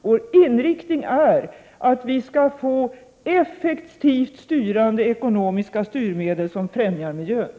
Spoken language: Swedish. Vår inriktning är att vi skall få effektiva ekonomiska styrmedel som främjar miljön.